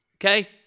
Okay